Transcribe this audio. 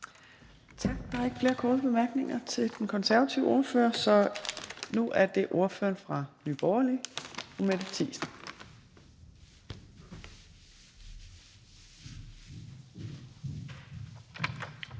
Tak. Der er ikke flere korte bemærkninger til den konservative ordfører, så nu er det ordføreren fra Nye Borgerlige, fru Mette Thiesen.